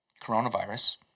coronavirus